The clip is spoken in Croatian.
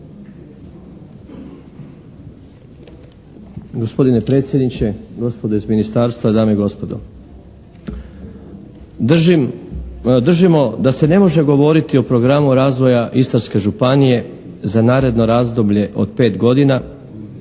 Gospodine predsjedniče, gospodo iz Ministarstva, dame i gospodo. Držim, držimo da se ne može govoriti o programu razvoja Istarske županije za naredno razdoblje od 5 godina